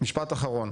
משפט אחרון.